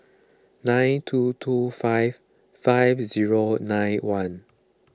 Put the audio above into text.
nine two two five five zero nine one